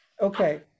okay